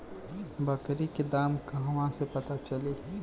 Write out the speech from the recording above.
बकरी के दाम कहवा से पता चली?